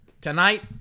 tonight